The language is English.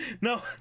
No